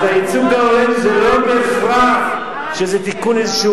אז הייצוג ההולם זה לא בהכרח שזה איזה תיקון,